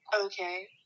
Okay